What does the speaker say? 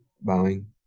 bowing